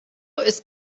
ist